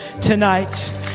tonight